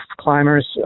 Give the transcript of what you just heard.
climbers